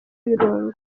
ibirungo